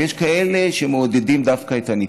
ויש כאלה שמעודדים דווקא את הניתוק.